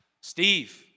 Steve